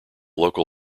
local